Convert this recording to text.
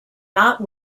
not